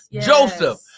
Joseph